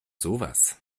sowas